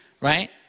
right